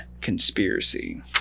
conspiracy